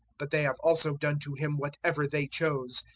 but they have also done to him whatever they chose,